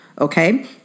okay